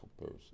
person